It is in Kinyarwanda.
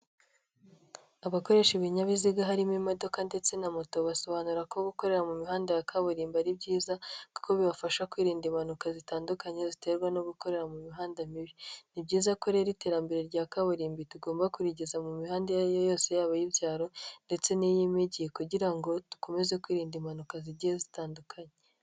Abakoresha ibinyabiziga harimo imodoka ndetse na moto basobanura ko gukorera mu mihanda ya kaburimbo ari byiza kuko bibafasha kwirinda impanuka zitandukanye ziterwa no gukorera mu mihanda mibi, ni byiza ko rero ko iterambere rya kaburimbo tugomba kurigeza mu mihanda iyo ari yo yose yaba iy'byaro ndetse n'iy'imijyi kugira ngo dukomeze kwirinda impanuka zigiye zitandukanye.